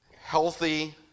healthy